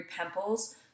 pimples